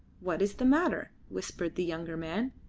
what is the matter? whispered the younger man.